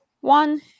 one